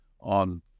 on